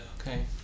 Okay